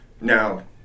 Now